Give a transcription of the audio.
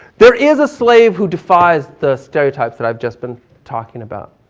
there is a slave who defies the stereotypes that i've just been talking about.